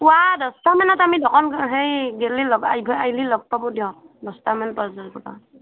পুৱা দছটামানত আমি দোকান সেই গ'লে আহিলে লগ পাব দিয়ক দছটামান